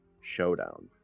Showdown